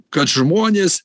kad žmonės